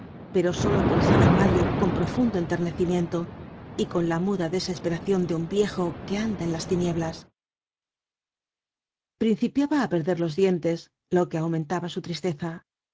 pero solo pensaba en mario con profundo enternecimiento y con la muda desesperacion de un viejo que anda en las tinieblas principiaba á perder los dientes lo que aumentaba su tristeza